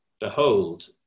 behold